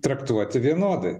traktuoti vienodai